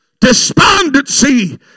despondency